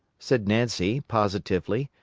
said nancy, positively.